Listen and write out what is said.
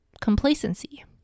complacency